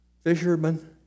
Fishermen